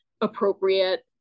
appropriate